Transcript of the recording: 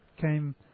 came